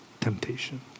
temptation